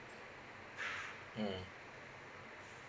mm